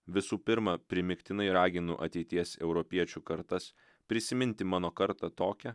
visų pirma primygtinai raginu ateities europiečių kartas prisiminti mano kartą tokią